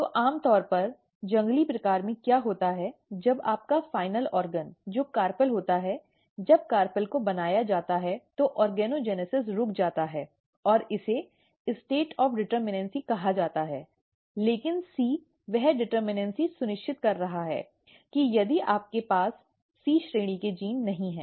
तो आम तौर पर जंगली प्रकार में क्या होता है जब आपका अंतिम अंग जो कार्पल होता है जब कार्पेल को बनाया जाता है तो ऑर्गोजेनेसिस रुक जाता है और इसे स्टेट ऑफ डिटर्मनैसी कहा जाता है लेकिन C वह डिटर्मनैसी सुनिश्चित कर रहा है कि यदि आपके पास C श्रेणी के जीन नहीं हैं